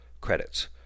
credits